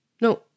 No